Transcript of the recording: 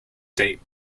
state